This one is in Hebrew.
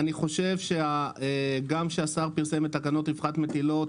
אני חושב שגם כשהשר פרסם את תקנות רווחת מטילות,